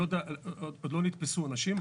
עוד לא נתפסו אנשים,